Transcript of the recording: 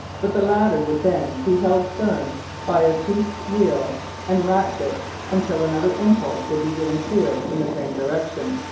but the latter would then be held firm by a toothed wheel and ratchet until another impulse would be given to it in the same direction.